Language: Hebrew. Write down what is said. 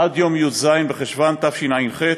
עד יום י"ז בחשוון תשע"ח,